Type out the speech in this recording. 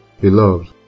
Beloved